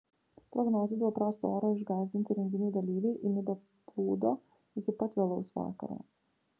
prognozių dėl prasto oro išgąsdinti renginių dalyviai į nidą plūdo iki pat vėlaus vakaro